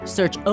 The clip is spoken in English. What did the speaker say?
Search